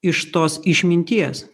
iš tos išminties